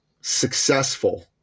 successful